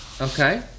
Okay